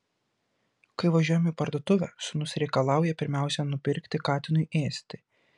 kai važiuojame į parduotuvę sūnus reikalauja pirmiausia nupirkti katinui ėsti